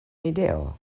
ideo